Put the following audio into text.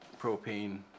propane